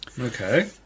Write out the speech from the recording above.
Okay